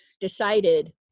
decided